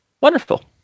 Wonderful